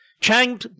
Chang